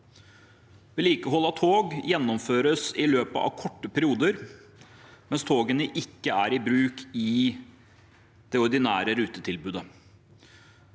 Vedlikehold av tog gjennomføres i løpet av korte perioder mens togene ikke er i bruk i det ordinære rutetilbudet.